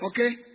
okay